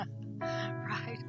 right